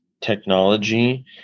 technology